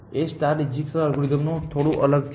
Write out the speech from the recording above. A ડિજકસ્ટ્રાનું અલ્ગોરિધમથી થોડું અલગ છે